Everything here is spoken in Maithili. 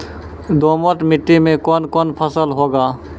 दोमट मिट्टी मे कौन कौन फसल होगा?